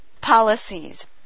policies